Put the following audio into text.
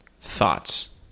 thoughts